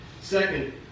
Second